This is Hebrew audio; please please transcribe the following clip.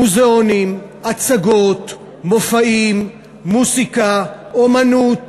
מוזיאונים, הצגות, מופעים, מוזיקה, אמנות,